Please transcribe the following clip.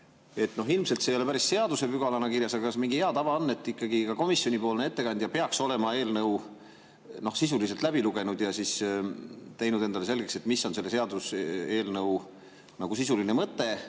küsida. Ilmselt see ei ole päris seadusepügalana kirjas, aga kas mingi hea tava on, et ka komisjoni ettekandja peaks olema eelnõu sisuliselt läbi lugenud ja teinud endale selgeks, mis on selle seaduseelnõu sisuline mõte?